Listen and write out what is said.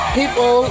people